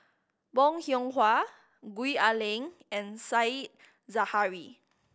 Bong Hiong Hwa Gwee Ah Leng and Said Zahari